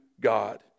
God